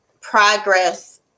progress